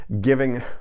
giving